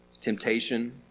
Temptation